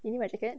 you need my jacket